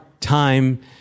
time